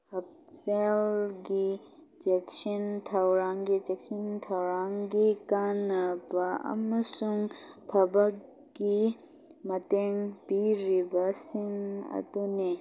ꯍꯛꯁꯦꯜꯒꯤ ꯆꯦꯛꯁꯤꯟ ꯊꯧꯔꯥꯡꯒꯤ ꯆꯦꯛꯁꯤꯟ ꯊꯧꯔꯥꯡꯒꯤ ꯀꯥꯟꯅꯕ ꯑꯃꯁꯨꯡ ꯊꯕꯛꯀꯤ ꯃꯇꯦꯡ ꯄꯤꯔꯤꯕꯁꯤꯡ ꯑꯗꯨꯅꯤ